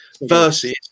versus